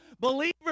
Believers